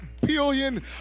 billion